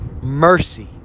mercy